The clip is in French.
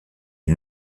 est